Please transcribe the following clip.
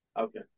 Okay